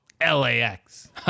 LAX